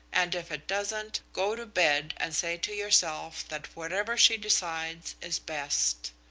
and if it doesn't, go to bed and say to yourself that whatever she decides is best.